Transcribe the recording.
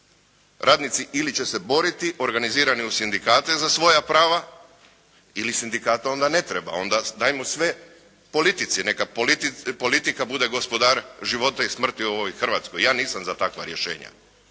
Radnici ili će se boriti organizirani u sindikate za svoja prava ili sindikat onda ne treba, onda dajmo sve politici, neka politika bude gospodar života i smrti u ovoj Hrvatskoj. Ja nisam za takva rješenja.